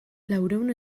laurehun